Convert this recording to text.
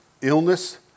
illness